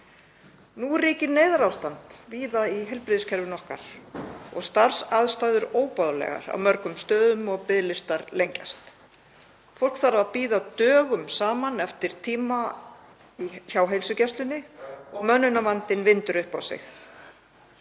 Nú ríkir neyðarástand víða í heilbrigðiskerfinu okkar, starfsaðstæður eru óboðlegar á mörgum stöðum og biðlistar lengjast, fólk þarf að bíða dögum saman eftir tíma hjá heilsugæslunni og mönnunarvandinn vindur upp á sig.